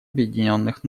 объединенных